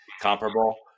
comparable